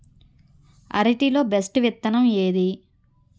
అరటి లో బెస్టు విత్తనం ఏది?